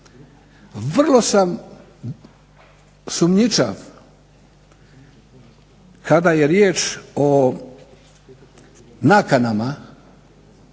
Vrlo sam sumnjičav kada je riječ o nakanama